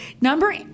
Number